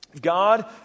God